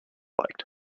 liked